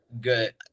good